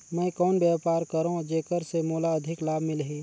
मैं कौन व्यापार करो जेकर से मोला अधिक लाभ मिलही?